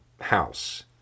House